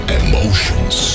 emotions